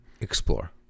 explore